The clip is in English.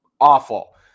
Awful